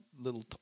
little